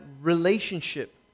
relationship